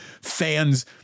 fans